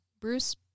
Bruce